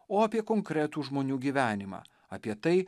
o apie konkretų žmonių gyvenimą apie tai